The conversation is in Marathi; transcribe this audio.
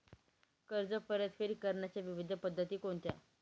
कर्ज परतफेड करण्याच्या विविध पद्धती कोणत्या?